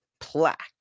plaque